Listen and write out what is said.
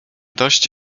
dość